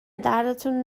دردتون